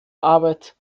arbeit